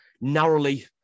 narrowly